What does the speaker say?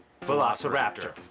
velociraptor